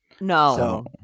No